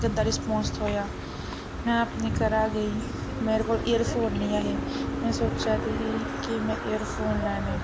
गंदा रिस्पांस थ्होएआ में अपने घरा गेई मेरे कोल एयरफोन नी ऐ हे में सोचा दी ही कि में एयरफोन लैने